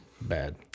bad